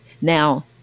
now